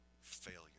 failure